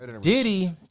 Diddy